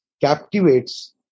captivates